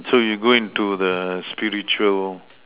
so you go into the spiritual